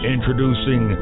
Introducing